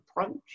approach